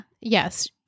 yes